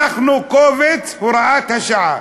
אנחנו קובץ הוראת השעה.